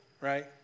right